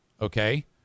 Okay